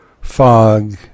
fog